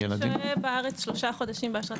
מי ששוהה בארץ שלושה חודשים באשרת